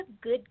good